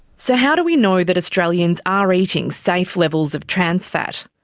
so how do we know that australians are eating safe levels of trans fat?